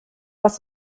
was